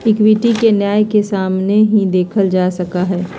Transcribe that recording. equity के न्याय के सामने ही देखल जा सका हई